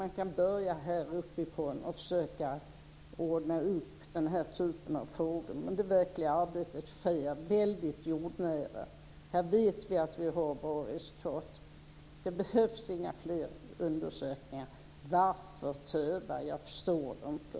Man kan börja uppifrån och försöka att ordna upp den här typen av frågor. Men det verkliga arbetet sker väldigt jordnära. Vi vet att resultatet är bra. Det behövs inga fler undersökningar. Varför töva? Jag förstår det inte.